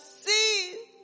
See